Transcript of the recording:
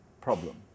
problem